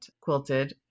quilted